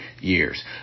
years